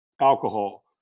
alcohol